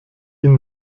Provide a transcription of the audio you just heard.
ihn